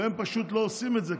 והם פשוט לא עושים את זה,